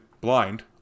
blind